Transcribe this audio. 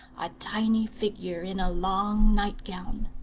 a tiny figure in a long night-gown.